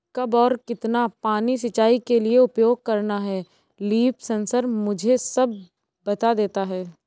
कब और कितना पानी सिंचाई के लिए उपयोग करना है लीफ सेंसर मुझे सब बता देता है